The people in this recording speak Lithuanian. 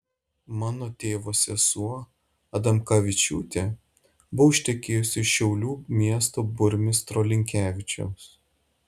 mano tėvo sesuo adamkavičiūtė buvo ištekėjusi už šiaulių miesto burmistro linkevičiaus